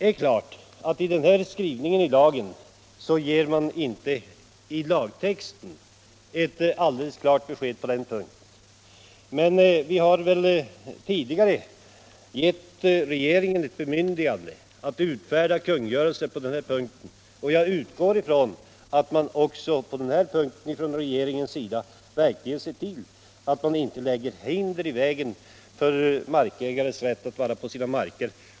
I förslaget till lagtext ges inte något fullständigt klart besked på den punkten, men vi har ju tidigare gett regeringen bemyndigande att utfärda kungörelser, varför jag utgår från att regeringen också i detta fall kommer att se till att markägare inte hindras att utföra de uppgifter som de har på sina marker.